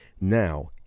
Now